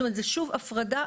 זו שוב הפרדה,